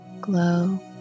glow